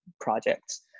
projects